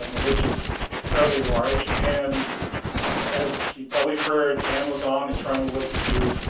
which is fairly large and as you probably heard amazon is trying to look to do